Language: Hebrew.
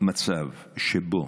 מצב שבו